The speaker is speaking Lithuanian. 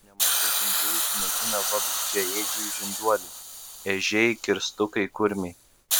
nemažai kenkėjų sunaikina vabzdžiaėdžiai žinduoliai ežiai kirstukai kurmiai